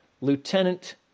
Lieutenant